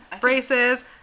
Braces